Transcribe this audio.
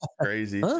crazy